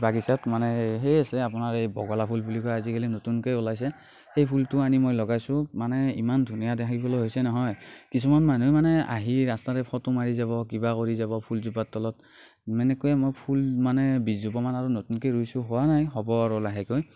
বাগিচাত মানে সেই আছে আপোনাৰ বকলা ফুল বুলি কয় আজিকালি নতুনকৈ ওলাইছে সেই ফুলটো আনি মই লগাইছোঁ মানে ইমান ধুনীয়া দেখিবলৈ হৈছে নহয় কিছুমান মানুহে মানে আহি ৰাস্তাৰে ফটো মাৰি যাব কিবা কৰি যাব ফুলজোপাৰ তলত এনেকৈ মই ফুল আৰু বিছজোপামান আৰু নতুনকৈ ৰুইছোঁ হোৱা নাই হ'ব আৰু লাহেকৈ